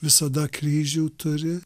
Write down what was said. visada kryžių turi